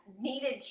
needed